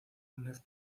ned